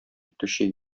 итүче